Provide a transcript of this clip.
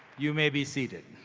you may be seated.